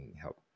help